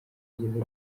yigeze